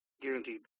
guaranteed